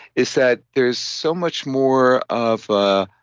is that there's so much more of a.